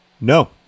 No